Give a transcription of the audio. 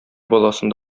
баласын